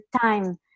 time